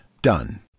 done